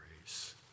grace